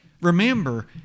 Remember